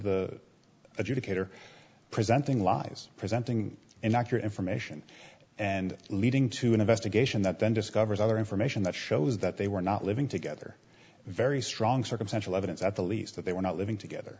the educator presenting lies presenting and accurate information and leading to an investigation that then discovers other information that shows that they were not living together very strong circumstantial evidence at the least that they were not living together